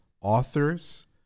authors